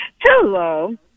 Hello